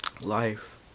life